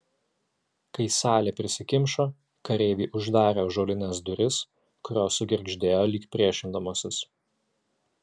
kai salė prisikimšo kareiviai uždarė ąžuolines duris kurios sugirgždėjo lyg priešindamosis